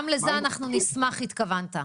גם לזה אנחנו נשמח, התכוונת.